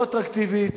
לא אטרקטיבית,